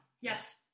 Yes